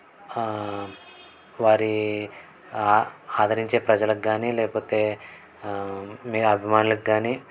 వారీ ఆదరించే ప్రజలకు కాని లేకపోతే మీరు అభిమానులకి కాని